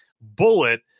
Bullet